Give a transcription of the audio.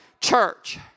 church